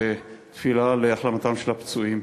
ותפילה להחלמתם של הפצועים.